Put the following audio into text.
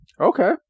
Okay